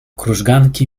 krużganki